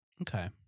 Okay